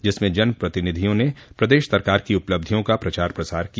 जिसमें जन प्रतिनिधियों ने प्रदेश सरकार की उपलब्धियों का प्रचार प्रसार किया